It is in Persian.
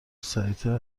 سریعتر